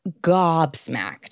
gobsmacked